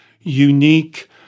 unique